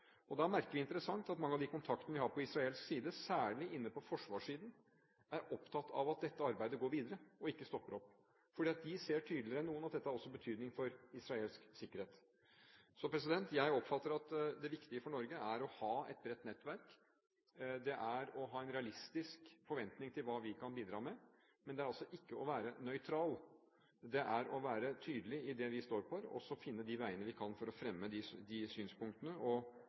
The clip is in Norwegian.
Da merker vi, interessant nok, at mange av de kontaktene vi har på israelsk side, særlig på forsvarssiden, er opptatt av at dette arbeidet går videre og ikke stopper opp, for de ser tydeligere enn noen at dette også er av betydning for israelsk sikkerhet. Så jeg oppfatter at det viktige for Norge er å ha et bredt nettverk og å ha en realistisk forventning til hva vi kan bidra med. Det er altså ikke å være nøytral, det er å være tydelig i det vi står for, finne de veiene vi kan for å fremme de